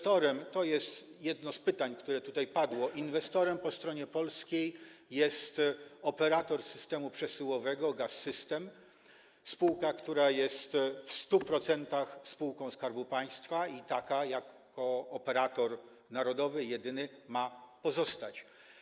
To jest jedno z pytań, które tutaj padło, inwestorem po stronie polskiej jest operator systemu przesyłowego Gaz-System, spółka, która jest w 100% spółką Skarbu Państwa i taką jako jedyny operator narodowy ma pozostać.